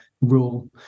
rule